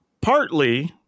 partly